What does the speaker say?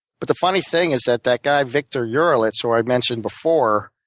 but the funny thing is that that guy, victor yurelitz, who i mentioned before,